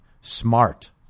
smart